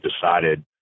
decided